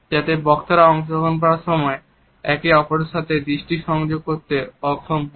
যাতে বক্তারা অংশগ্রহণ করার সময় একে অপরের সাথে দৃষ্টি সংযোগ করতে অক্ষম হন